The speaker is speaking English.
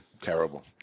Terrible